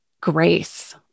grace